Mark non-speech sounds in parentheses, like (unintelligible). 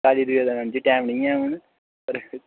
(unintelligible) ma'am ji time निं ऐ हून